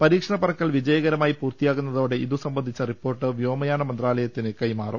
പരീക്ഷണ പറക്കൽ വിജയകരമായി പൂർത്തിയാകുന്നതോ ടെ ഇതുസംബന്ധിച്ച റിപ്പോർട്ട് വ്യോമയാന മന്ത്രാലയത്തിന് കൈമാറും